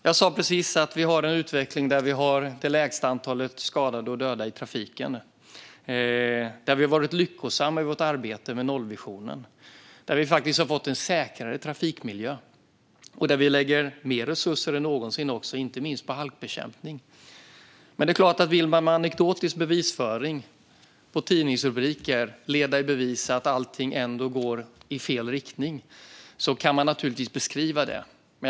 Jag sa precis att vi har en utveckling med det lägsta antalet dödade och skadade i trafiken, och att vi har varit lyckosamma i vårt arbete med nollvisionen. Vi har faktiskt fått en säkrare trafikmiljö. Vi lägger dessutom till mer resurser nu än någonsin, inte minst vad gäller halkbekämpning. Men vill man med anekdotisk bevisföring och tidningsrubriker leda i bevis att allting ändå går i fel riktning kan man naturligtvis göra en sådan beskrivning.